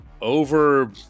over